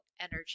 energy